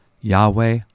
Yahweh